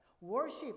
worship